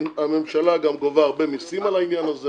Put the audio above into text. הממשלה גם גובה הרבה מסים על העניין הזה,